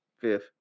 fifth